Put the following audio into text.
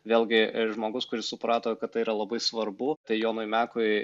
vėlgi ir žmogus kuris suprato kad tai yra labai svarbu tai jonui mekui